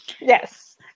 Yes